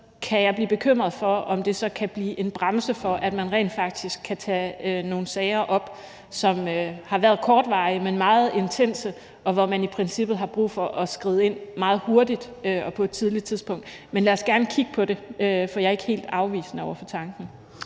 kan blive bekymret for, om det så kan blive en bremse for, at man rent faktisk kan tage nogle sager op, som har været kortvarige, men meget intense, og hvor man i princippet har brug for at skride ind meget hurtigt og på et tidligt tidspunkt. Men lad os gerne kigge på det, for jeg er ikke helt afvisende over for tanken.